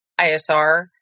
ISR